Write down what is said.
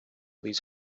these